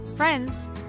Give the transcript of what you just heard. friends